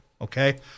Okay